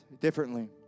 differently